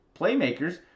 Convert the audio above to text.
playmakers